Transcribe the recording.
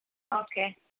okay